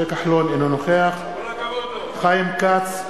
אינו נוכח חיים כץ,